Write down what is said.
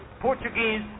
Portuguese